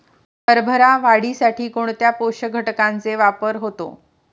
हरभरा वाढीसाठी कोणत्या पोषक घटकांचे वापर होतो?